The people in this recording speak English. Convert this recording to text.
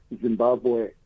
Zimbabwe